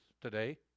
today